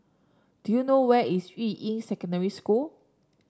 do you know where is Yuying Secondary School